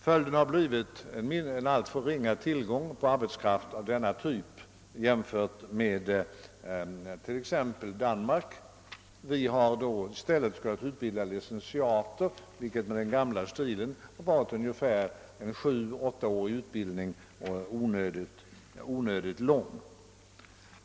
Följden har blivit en alltför ringa tillgång på arbetskraft av denna typ jämfört med tillgången i t.ex. Danmark. Vi har då i stället skolat utbilda licentiater, vilket med den gamla stilen har inneburit en 7 å 8-årig, onödigt lång utbildning.